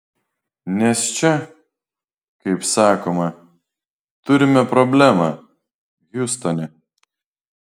nes čia kaip sakoma turime problemą hiustone